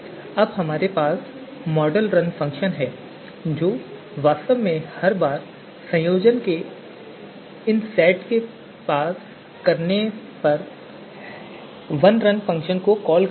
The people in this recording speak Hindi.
अब हमारे पास मॉडलरुन फ़ंक्शन है जो वास्तव में हर बार संयोजन के इन एक सेट को पास करके इस वनरन फ़ंक्शन को कॉल कर रहा है